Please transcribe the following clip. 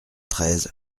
treize